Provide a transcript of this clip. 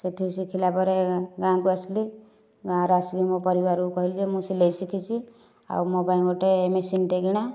ସେ'ଠି ଶିଖିଲା ପରେ ଗାଁ କୁ ଆସିଲି ଗାଁରେ ଆସିକି ମୋ' ପରିବାରକୁ କହିଲି ଯେ ମୁଁ ସିଲେଇ ଶିଖିଛି ଆଉ ମୋ' ପାଇଁ ଗୋଟେ ମେସିନ୍ଟେ କିଣ